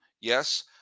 yes